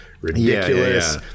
ridiculous